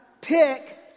pick